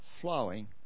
flowing